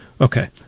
Okay